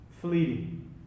fleeting